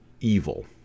evil